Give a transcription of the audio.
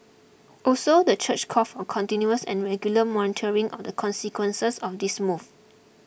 also the church called for continuous and regular monitoring of the consequences of this move